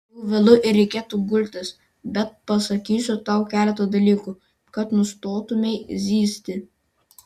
jau vėlu ir reikia gultis bet pasakysiu tau keletą dalykų kad nustotumei zyzti